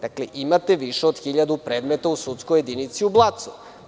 Dakle, imate više od 1000 predmeta u sudskoj jedinici u Blacu.